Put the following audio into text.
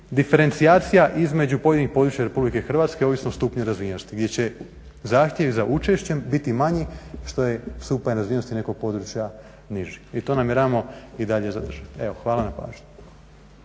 diferencijacija između pojedinih područja Republike Hrvatske, ovisno o stupnju razvijenosti gdje će zahtjevi za učešćem biti manji što je stupanj razvijenosti nekog područja niži i to namjeravamo i dalje zadržat. Hvala na pažnji.